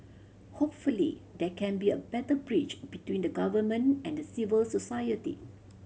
hopefully there can be a better bridge between the Government and the civil society